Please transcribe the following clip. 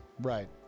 Right